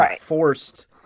forced